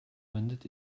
mündet